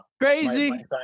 crazy